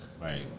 Right